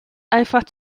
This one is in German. einfach